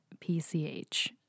PCH